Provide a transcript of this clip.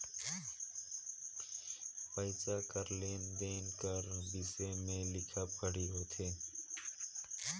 पइसा कर लेन देन का बिसे में लिखा पढ़ी होथे